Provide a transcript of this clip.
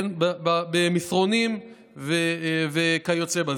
במסרונים וכיוצא בזה.